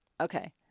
Okay